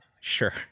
Sure